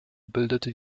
bildete